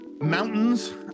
Mountains